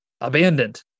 abandoned